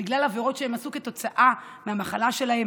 בגלל עבירות שהם עשו כתוצאה מהמחלה שלהם.